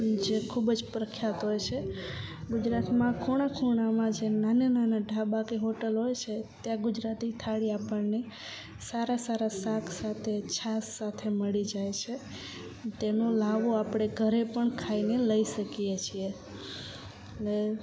જે ખૂબ જ પ્રખ્યાત હોય છે ગુજરાતમાં ખૂણા ખૂણામાં જે નાના નાના ઢાબા કે હોટલ હોય છે ત્યાં ગુજરાતી થાળી આપણને સારા સારા શાક સાથે છાશ સાથે મળી જાય સે તેનો લ્હાવો આપણે ઘરે પણ ખાઈને લઈ શકીએ છીએ ને